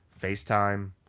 FaceTime